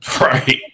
Right